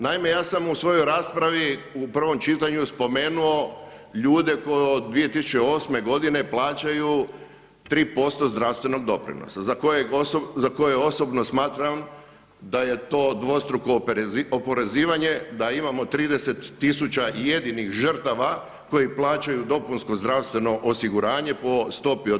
Naime, ja sam u svojoj raspravi u prvom čitanju spomenuo ljude koji od 2008. godine plaćaju 3% zdravstvenog doprinosa, za koje osobno smatram da je to dvostruko oporezivanje, da imamo 30000 jedinih žrtava koji plaćaju dopunsko zdravstveno osiguranje po stopi od 3%